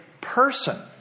person